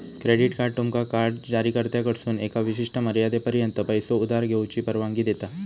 credit card तुमका card जारीकर्त्याकडसून एका विशिष्ट मर्यादेपर्यंत पैसो उधार घेऊची परवानगी देता